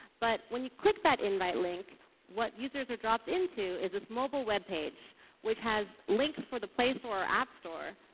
but when you click that invite link what users are dropped into is this mobile web page which has links for the play store or app store.